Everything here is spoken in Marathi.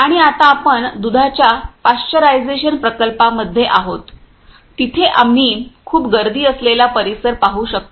आणि आता आपण दुधाच्या पाश्चरायझेशन प्रकल्पामध्ये आहोत तिथे आम्ही खूप गर्दी असलेला परिसर पाहू शकता